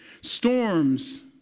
Storms